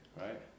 right